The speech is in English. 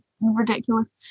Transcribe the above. ridiculous